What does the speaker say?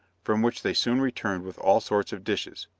from which they soon returned with all sorts of dishes.